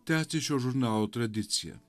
tęsti šio žurnalo tradiciją